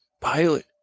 pilot